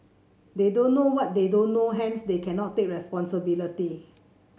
they don't know what they don't know hence they cannot take responsibility